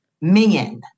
men